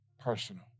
Personal